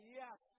yes